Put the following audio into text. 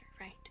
right